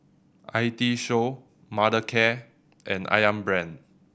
I T Show Mothercare and Ayam Brand